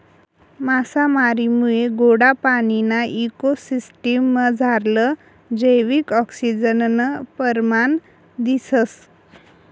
मासामारीमुये गोडा पाणीना इको सिसटिम मझारलं जैविक आक्सिजननं परमाण दिसंस